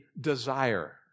desire